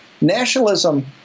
nationalism